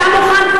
אתה מוכן?